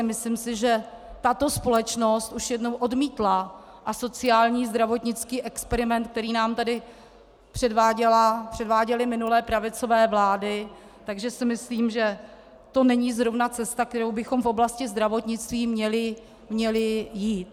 Myslím si, že tato společnost už jednou odmítla asociální zdravotnický experiment, který nám tady předváděly minulé pravicové vlády, takže si myslím, že to není zrovna cesta, kterou bychom v oblasti zdravotnictví měli jít.